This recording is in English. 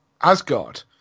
Asgard